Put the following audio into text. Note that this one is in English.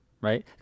right